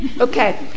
Okay